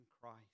Christ